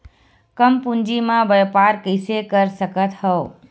कम पूंजी म व्यापार कइसे कर सकत हव?